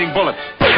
Bullets